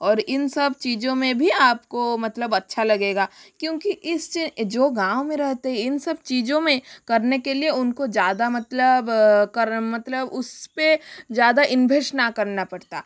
और इन सब चीज़ों में भी आप को मतलब अच्छा लगेगा क्योंकि इस जो गाँव में रहते इन सब चीज़ों में करने के लिए उनको ज़्यादा मतलब कर मतलब उस पर ज़्यादा इन्वभेस्ट ना करना पड़ता